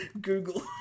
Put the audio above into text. Google